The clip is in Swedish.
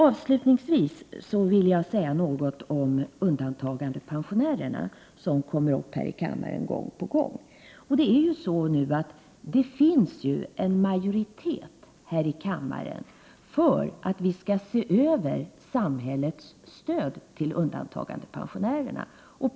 Avslutningsvis vill jag säga något om undantagandepensionärerna. Det finns nu en majoritet här i riksdagen för att vi skall se över samhällets stöd till undantagandepensionärerna.